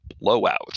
blowout